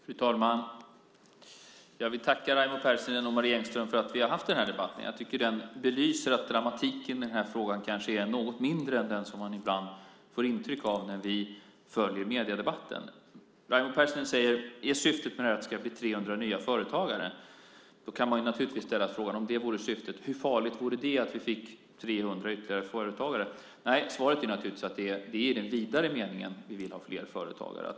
Fru talman! Jag vill tacka Raimo Pärssinen och Marie Engström för att vi har haft den här debatten. Jag tycker att den belyser att dramatiken i frågan kanske är något mindre än vad man ibland får intryck av när man följer mediedebatten. Raimo Pärssinen säger: Är syftet med det här att det ska bli 300 nya företagare? Om det vore syftet kan man naturligtvis ställa frågan: Hur farligt vore det att vi fick 300 ytterligare företagare? Nej, svaret är naturligtvis att det är i den vidare meningen vi vill ha fler företagare.